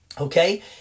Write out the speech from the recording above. okay